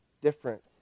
different